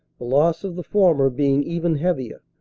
the loss of the former being even heavier,